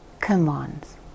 commands